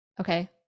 okay